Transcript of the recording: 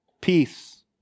peace